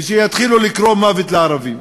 ושיתחילו לקרוא "מוות לערבים".